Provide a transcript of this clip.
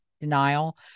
denial